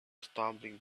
stumbling